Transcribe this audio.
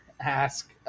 ask